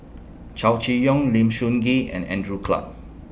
Chow Chee Yong Lim Sun Gee and Andrew Clarke